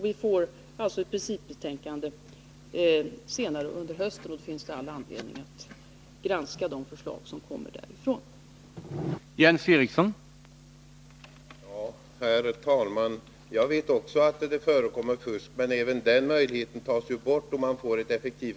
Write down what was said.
Vi får alltså ett principbetänkande under hösten, och då finns det all anledning att granska de förslag som utredningen framlägger.